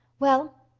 well,